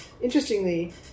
Interestingly